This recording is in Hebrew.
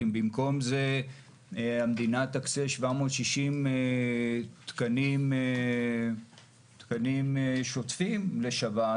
אם במקום זה המדינה תקצה 760 תקנים שוטפים לשב"ס,